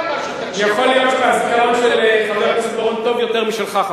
יכול להיות שהזיכרון של חבר הכנסת בר-און טוב יותר משלך,